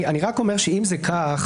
אני רק אומר שאם זה כך,